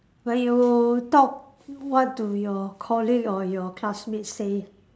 when you talk what do your colleague or your classmates say